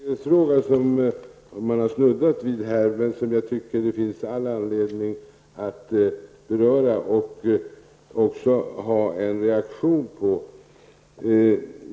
Herr talman! Man har snuddat vid en rättssäkerhetsfråga som jag tycker att det finns all anledning att beröra och även reagera på.